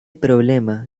problema